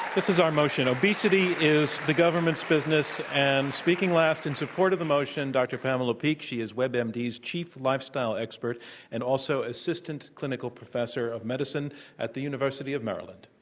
this is our motion, obesity is the government's business. and speaking last in support of the motion, dr. pamela peeke. she is webmd's chief lifestyle expert and also assistant clinical professor of medicine at the university of maryland.